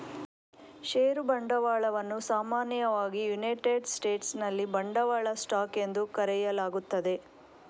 ಷೇರು ಬಂಡವಾಳವನ್ನು ಸಾಮಾನ್ಯವಾಗಿ ಯುನೈಟೆಡ್ ಸ್ಟೇಟ್ಸಿನಲ್ಲಿ ಬಂಡವಾಳ ಸ್ಟಾಕ್ ಎಂದು ಕರೆಯಲಾಗುತ್ತದೆ